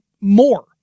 more